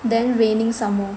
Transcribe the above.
then raining somemore